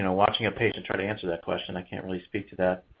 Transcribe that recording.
and watching a patient try to answer that question, i can't really speak to that.